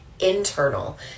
internal